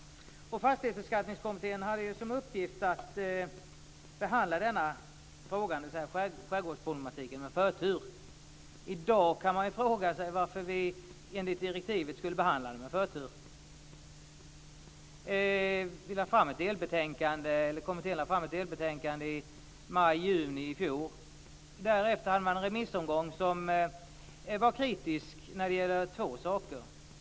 Fastighetsbeskattningskommittén hade som uppgift att behandla denna fråga, dvs. skärgårdsproblematiken, med förtur. I dag kan man fråga sig varför vi enligt direktivet skulle behandla den med förtur. Kommittén lade fram ett delbetänkande i maj-juni i fjor. Därefter hade man en remissomgång som var kritisk när det gäller två saker.